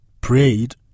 prayed